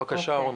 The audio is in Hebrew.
בבקשה, אורנה.